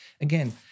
Again